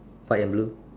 white and blue